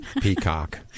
peacock